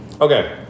Okay